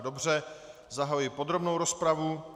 Dobře, zahajuji podrobnou rozpravu.